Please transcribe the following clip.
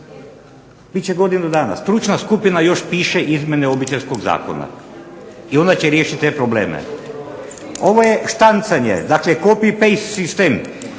će godinu dana. Stručna skupina još piše izmjene Obiteljskog zakona. I ona će riješiti te probleme. Ovo je štancanje, copy paste problem,